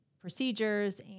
procedures